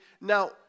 Now